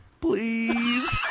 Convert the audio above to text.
please